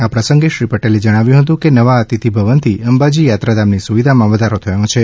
આ પ્રસંગે શ્રી પટેલે જણાવ્યું કે નવા અતિથિભવનથી અંબાજી યાત્રાધામની સુવિધામાં વધારો થયો છે